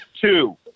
Two